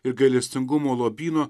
ir gailestingumo lobyno